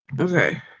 Okay